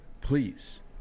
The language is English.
Please